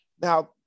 Now